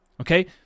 Okay